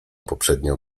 poprzednio